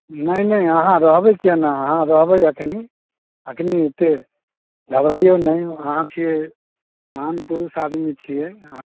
नहि नहि आहाँ रहबै किआ नहि आहाँ रहबै एखनि एखनि एतेक घबरैऔ नहि आहाँ छियै महान पुरुष आदमी छियै आहाँ